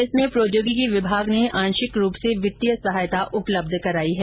इसमें प्रौद्योगिकी विभाग ने आंशिक रूप से वित्तीय सहायता उपलब्ध कराई है